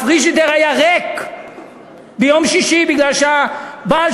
הפריג'ידר היה ריק ביום שישי מפני שהבעל